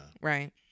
Right